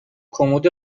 کمد